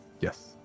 Yes